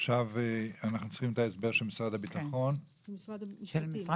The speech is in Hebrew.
עכשיו אנחנו צריכים את ההסבר של משרד הביטחון או של משרד המשפטים.